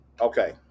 Okay